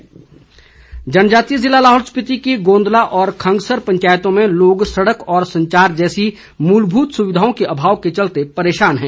ज्ञापन जनजातीय जिला लाहौल स्पीति की गोंदला और खंगसर पंचायतों में लोग सड़क और संचार जैसी मूलभूत सुविधाओं के अभाव के चलते परेशान हैं